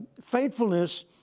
faithfulness